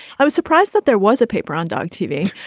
i was surprised that there was a paper on dog tv,